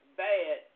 bad